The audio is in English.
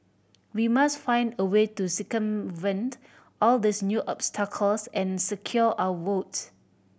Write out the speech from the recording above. we must find a way to circumvent all these new obstacles and secure our votes